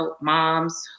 moms